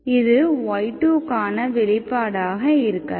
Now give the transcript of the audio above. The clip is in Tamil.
இது y2கான வெளிப்பாடாக இருக்கலாம்